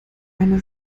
eine